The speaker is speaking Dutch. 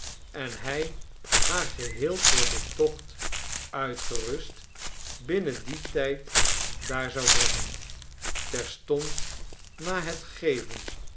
en hij haar geheel voor den tocht uitgerust binnen dien tijd daar zou brengen terstond na het geven